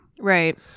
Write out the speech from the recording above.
Right